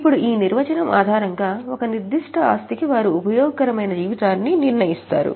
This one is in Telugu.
ఇప్పుడు ఈ నిర్వచనం ఆధారంగా ఒక నిర్దిష్ట ఆస్తి కి వారు ఉపయోగకరమైన జీవితాన్ని నిర్ణయిస్తారు